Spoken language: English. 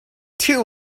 two